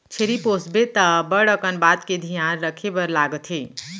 छेरी पोसबे त बड़ अकन बात के धियान रखे बर लागथे